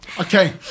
Okay